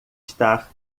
estar